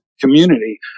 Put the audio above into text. community